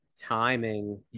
timing